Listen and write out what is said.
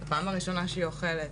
פעם ראשונה שהיא אוכלת.